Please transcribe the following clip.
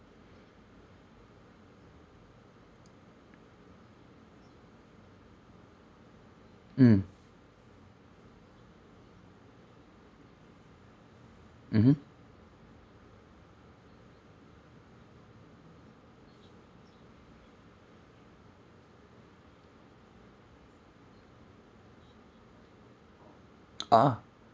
mm mmhmm ah